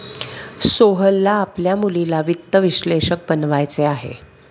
सोहेलला आपल्या मुलीला वित्त विश्लेषक बनवायचे आहे